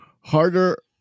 harder